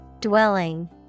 Dwelling